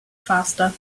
faster